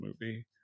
movie